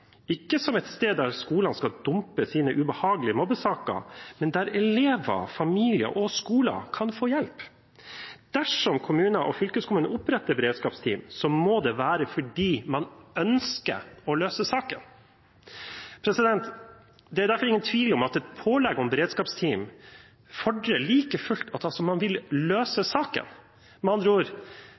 Ikke som et sted der skolene kan dumpe sine ubehagelige mobbesaker, men der elever, familier og skoler kan få hjelp. Dersom kommuner/fylkeskommuner oppretter beredskapsteam, må det være fordi de vil løse sakene.» Det er derfor ingen tvil om at et pålegg om beredskapsteam fordrer at man vil løse saken. Med andre ord